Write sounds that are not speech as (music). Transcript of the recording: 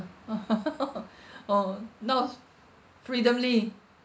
(laughs) (breath) oh no freedomly